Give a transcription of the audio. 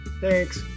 Thanks